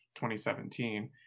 2017